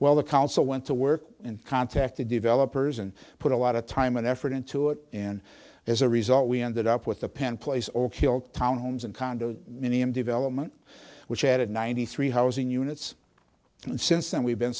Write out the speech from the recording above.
well the council went to work and contacted developers and put a lot of time and effort into it in as a result we ended up with a pen place or kill town homes and condos minium development which added ninety three housing units and since then we've been